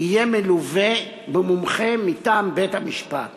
יהיה מלווה במומחה מטעם בית-המשפט